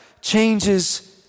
changes